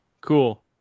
cool